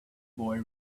boy